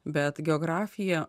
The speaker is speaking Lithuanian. bet geografija